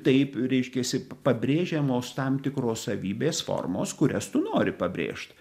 taip reiškiasi pabrėžiamos tam tikros savybės formos kurias tu nori pabrėžt